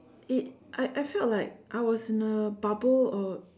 it I I felt like I was in a bubble or